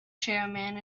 chairman